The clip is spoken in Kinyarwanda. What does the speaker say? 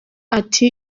ati